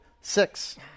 six